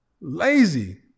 Lazy